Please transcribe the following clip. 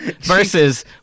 versus